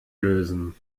lösen